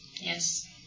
yes